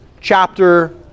chapter